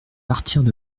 partirent